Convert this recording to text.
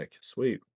Sweet